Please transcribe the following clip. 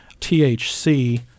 THC